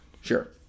Sure